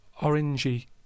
orangey